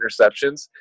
interceptions